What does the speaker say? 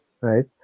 right